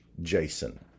Jason